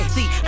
See